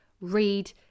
read